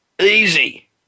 easy